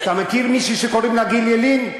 אתה מכיר מישהי שקוראים לה גיל ילין?